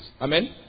Amen